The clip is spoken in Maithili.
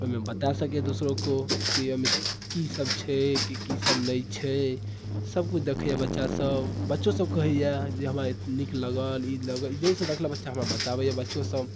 ओहिमे बताए सकैए दोसरोके ओ की एहिमे की सब छै की की सब नहि छै सब किछु देखैए बच्चासब बच्चो सब कहैए जे हमरा नीक लगल ई लागल जे सब देखलक बच्चा हमरा बताबैए बच्चाे सब